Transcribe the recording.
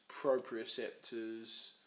proprioceptors